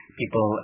people